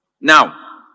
Now